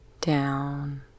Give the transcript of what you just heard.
down